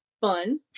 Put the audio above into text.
fun